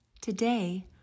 Today